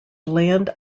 land